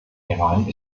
iran